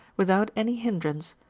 without any hindrance,